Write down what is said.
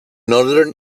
northern